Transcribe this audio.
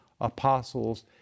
apostles